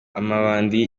amabandi